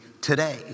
today